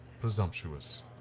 presumptuous